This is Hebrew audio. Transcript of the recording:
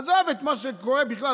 עזוב את מה שקורה בכלל.